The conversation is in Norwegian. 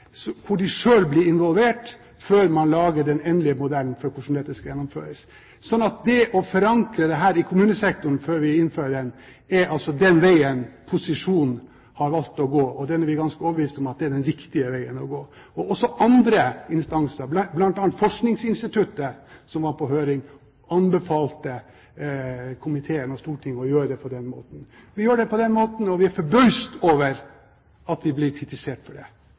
hvor de selv blir involvert, før man lager den endelige modellen for hvordan dette skal gjennomføres. Så det å forankre dette i kommunesektoren før vi innfører den, er altså den veien posisjonen har valgt å gå, og vi er ganske overbevist om at det er den riktige veien å gå. Også andre instanser, bl.a. Forskningsinstituttet, som var på høring, anbefalte komiteen og Stortinget å gjøre det på den måten. Vi gjør det på den måten, og vi er forbauset over at vi blir kritisert for det.